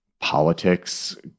politics